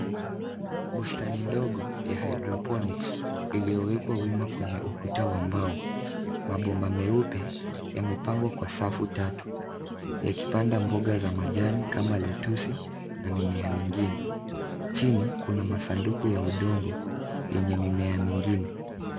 Bustani ndogo ya hydroponics iliyowekwa wima kwenye ukuta wa mbao. Mabomba meupe yamepangwa kwa safu tatu, yakipanda mboga za majani kama lettuce na mimea mingine. Chini kuna masanduku ya udongo yenye mimea mingine.